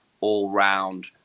all-round